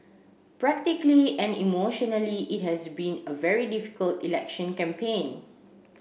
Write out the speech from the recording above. practically and emotionally it has been a very difficult election campaign